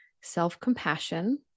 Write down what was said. self-compassion